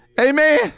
Amen